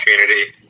community